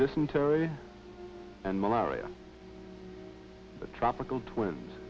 dysentery and malaria a tropical twins